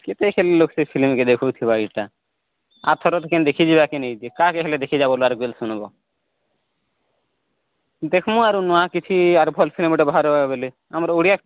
କେତେ ଲୋକ ସେ ଫିଲିମ୍କେ ଦେଖୁ ଥିବା ଏଟା ଆର ଥର କେନ ଦେଖି ଯିବା କେ ନେଇ ଥେ କା କେ ହେଲେ ଦେଖି ଶୁଣବୋ ଦେଖମୁ ଆରୁ ନୂଆ କିଛି ଆର ଭଲ ସିନେମାଟେ ବାହାରିବ ବୋଲେ ଆମର ଓଡ଼ିଆ